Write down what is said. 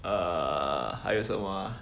err 还有什么啊